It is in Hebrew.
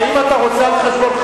האם אתה רוצה על חשבונך,